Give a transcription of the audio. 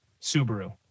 Subaru